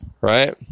right